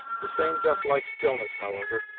the same death-like stillness, however,